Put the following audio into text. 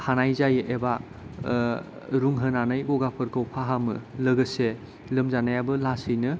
हानाय जायो एबा रुंहोनानै गगाफोरखौ फाहामो लोगोसे लोमजानायाबो लासैनो